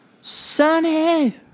Sunny